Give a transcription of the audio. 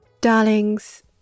Darlings